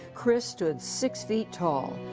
chris stood six feet tall,